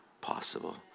possible